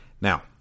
Now